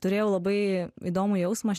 turėjau labai įdomų jausmą aš